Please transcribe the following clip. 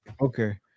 okay